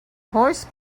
horse